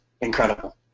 incredible